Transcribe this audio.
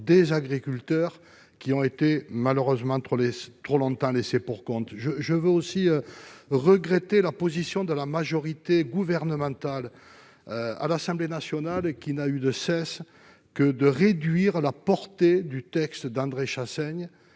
des agriculteurs, qui ont été malheureusement trop longtemps laissés pour compte. Je veux aussi exprimer mes regrets vis-à-vis de la position adoptée par la majorité gouvernementale à l'Assemblée nationale : elle n'a eu de cesse de réduire la portée du texte d'André Chassaigne.